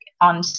on